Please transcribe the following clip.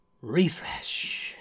Refresh